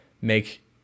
make